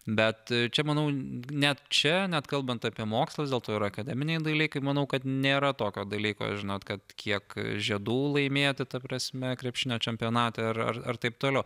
bet čia manau net čia net kalbant apie mokslą vis dėlto yra akademiniai dalykai manau kad nėra tokio dalyko žinot kad kiek žiedų laimėti ta prasme krepšinio čempionate ar ar taip toliau